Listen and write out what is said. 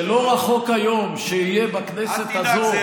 שלא רחוק היום שיהיה בכנסת הזאת,